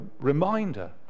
reminder